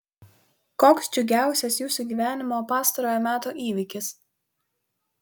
koks džiugiausias jūsų gyvenimo pastarojo meto įvykis